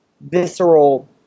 visceral